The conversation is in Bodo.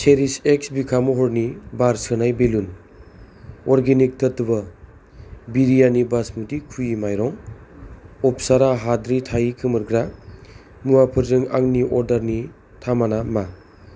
चेरिश एक्स बिखा महरनि बार सोनाय बेलुन अर्गेनिक तत्व बिरियानि बास्मति खुयि माइरं अपसारा हाद्रि थायि खोमोरग्रा मुवाफोरजों आंनि अर्डारनि थामाना मा